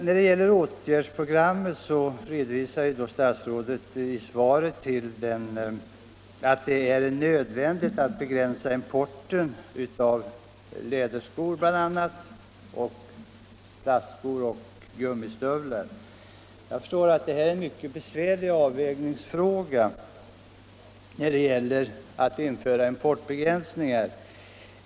När det gäller åtgärdsprogrammet redovisar statsrådet i svaret att det varit nödvändigt att begränsa importen av läderskor, plastskor och gummistövlar. Jag förstår att detta att införa importbegränsningar är en mycket besvärlig avvägningsfråga.